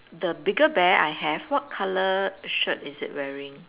the bigger bear I have what colour shirt is it wearing